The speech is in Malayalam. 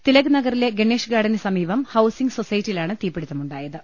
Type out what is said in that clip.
തിലക് നഗറിലെ ഗണേഷ് ഗാർഡന് സമീപം ഹൌസിംഗ് സൊസൈറ്റിയിലാണ് തീപ്പിടുത്തമുണ്ടായത്